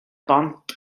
bont